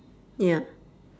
ya